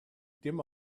dim